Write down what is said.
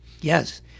Yes